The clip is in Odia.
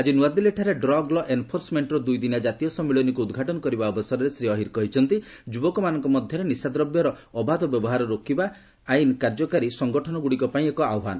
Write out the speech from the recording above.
ଆଜି ନୂଆଦିଲ୍ଲୀଠାରେ ଡ୍ରଗ୍ ଲ' ଏନ୍ଫୋର୍ସମେଖର ଦୁଇଦିନିଆ ଜାତୀୟ ସମ୍ମିଳନୀକୁ ଉଦ୍ଘାଟନ କରିବା ଅବସରରେ ଶ୍ରୀ ଅହିର କହିଛନ୍ତି ଯୁବକମାନଙ୍କ ମଧ୍ୟରେ ନିଶା ଦବ୍ୟର ଅବାଧ ବ୍ୟବହାର ରୋକିବା ଆଇନ୍ କାର୍ଯ୍ୟକାରୀ ସଂଗଠନ ଗୁଡ଼ିକ ପାଇଁ ଏକ ଆହ୍ୱାନ